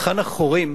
היכן החורים